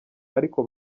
ariko